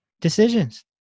decisions